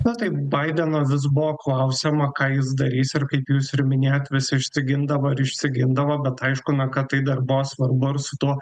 na tai baidenas vis buvo klausiama ką jis darys ir kaip jūs ir minėjot vis išsigindavo ir išsigindavo bet aišku na kad tai darbo svarbu ar su tuo